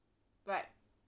right